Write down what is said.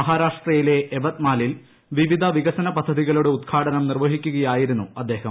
മഹാരാഷ്ട്രയിലെ എവത് മാലിൽ വിവിധ വികസന പദ്ധതികളുടെ ഉദ്ഘാടനം നിർവ്വഹിക്കുകയായിരുന്നു അദ്ദേഹം